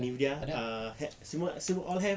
NVIDIA uh have semua semua all have ah